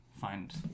find